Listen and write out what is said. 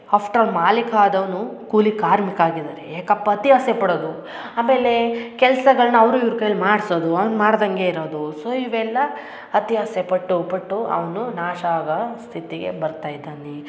after all ಮಾಲೀಕ ಆದವನು ಕೂಲಿ ಕಾರ್ಮಿಕ ಆಗಿದ್ದಾರೆ ಏಕಪ್ಪ ಅತಿ ಆಸೆ ಪಡೋದು ಆಮೇಲೆ ಕೆಲಸಗಳ್ನ ಅವ್ರ ಇವ್ರ ಕೈಲಿ ಮಾಡ್ಸೋದು ಅವ್ನು ಮಾಡಿದಂಗೆ ಇರೋದು ಸೋ ಇವೆಲ್ಲ ಅತಿ ಆಸೆ ಪಟ್ಟು ಪಟ್ಟು ಅವನು ನಾಶ ಆಗ ಸ್ಥಿತಿಗೆ ಬರ್ತಾ ಇದ್ದಾನೆ